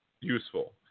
useful